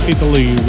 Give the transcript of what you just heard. Italy